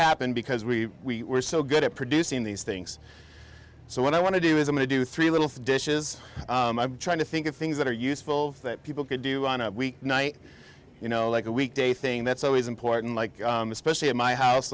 happened because we were so good at producing these things so what i want to do is i do three little dishes i'm trying to think of things that are useful that people could do on a weeknight you know like a weekday thing that's always important like especially at my house